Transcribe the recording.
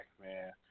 man